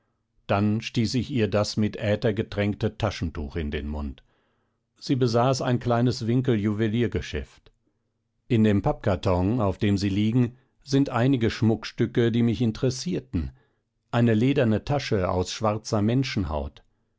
dann stieß ich ihr das mit aether getränkte taschentuch in den mund sie besaß ein kleines winkeljuweliergeschäft in dem pappkarton auf dem sie liegen sind einige schmuckstücke die mich interessierten eine lederne tasche aus schwarzer menschenhaut